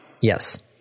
Yes